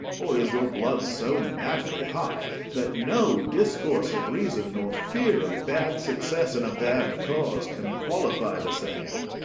or is your blood so madly hot that no discourse of reason, nor fear of bad success in a bad cause, can qualify the same?